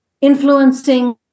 influencing